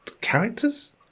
Characters